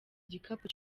gikapu